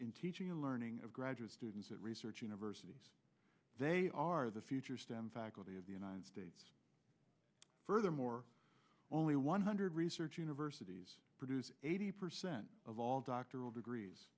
in teaching and learning of graduate students at research universities they are the future stem faculty of the united states furthermore only one hundred research universities produce eighty percent of all doctoral degrees